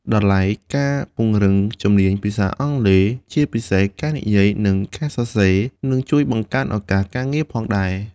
ដោយឡែកការពង្រឹងជំនាញភាសាអង់គ្លេស ជាពិសេសការនិយាយ និងការសរសេរ នឹងជួយបង្កើនឱកាសការងារផងដែរ។